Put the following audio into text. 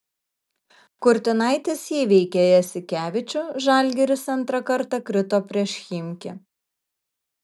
kurtinaitis įveikė jasikevičių žalgiris antrą kartą krito prieš chimki